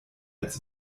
als